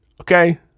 okay